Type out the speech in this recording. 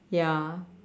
ya